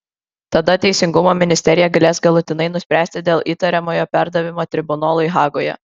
tada teisingumo ministerija galės galutinai nuspręsti dėl įtariamojo perdavimo tribunolui hagoje